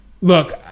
Look